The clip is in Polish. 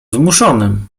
zmuszonym